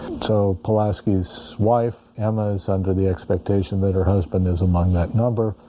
so pulaski's wife emma is under the expectation that her husband is among that number.